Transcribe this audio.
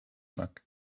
luck